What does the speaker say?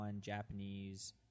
Japanese